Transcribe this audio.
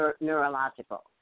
neurological